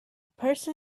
person